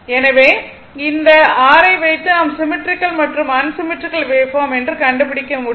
எனவே இந்த r ஐ வைத்து தான் சிம்மெட்ரிக்கல் மற்றும் அன்சிம்மெட்ரிக்கல் வேவ்பார்ம் என்று கண்டுபிடிக்க முடியும்